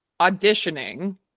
auditioning